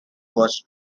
was